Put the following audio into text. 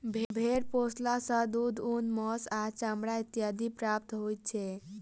भेंड़ पोसला सॅ दूध, ऊन, मौंस आ चमड़ा इत्यादि प्राप्त होइत छै